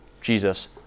Jesus